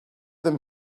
them